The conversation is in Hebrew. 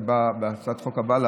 שבאה בהצעת החוק הבאה,